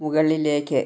മുകളിലേക്ക്